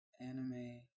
anime